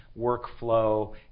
workflow